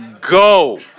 go